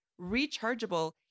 rechargeable